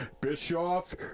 Bischoff